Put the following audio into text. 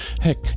Heck